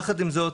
יחד עם זאת,